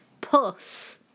Puss